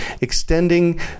extending